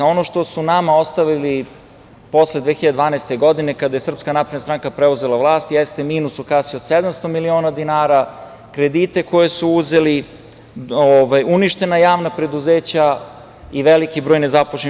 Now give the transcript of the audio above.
Ono što su nama ostavili posle 2012. godine, kada je SNS preuzela vlast, jeste minus u kasi od 700 miliona dinara, kredite koje su uzeli, uništena javna preduzeća i veliki broj nezaposlenih.